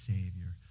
Savior